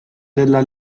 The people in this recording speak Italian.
della